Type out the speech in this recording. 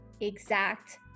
exact